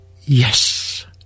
yes